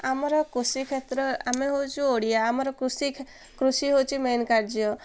ଆମର କୃଷି କ୍ଷେତ୍ର ଆମେ ହେଉଛି ଓଡ଼ିଆ ଆମର କୃଷି କୃଷି ହେଉଛି ମେନ୍ କାର୍ଯ୍ୟ